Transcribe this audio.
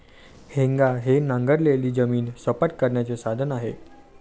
हेंगा हे नांगरलेली जमीन सपाट करण्याचे साधन आहे